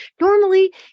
Normally